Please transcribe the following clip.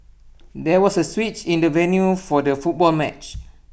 there was A switch in the venue for the football match